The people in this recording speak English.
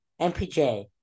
MPJ